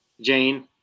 Jane